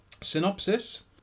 synopsis